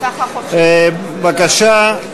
בבקשה.